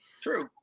True